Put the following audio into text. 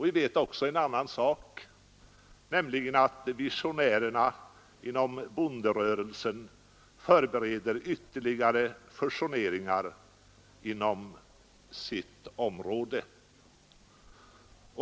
Vi vet också en annan sak, nämligen att visionärerna inom bonderörelsen förbereder ytterligare fusioner inom sitt område.